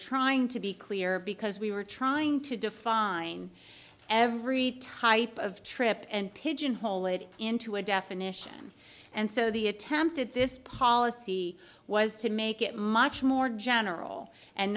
trying to be clear because we were trying to define every type of trip and pigeonhole it into a definition and so the attempt at this policy was to make it much more general and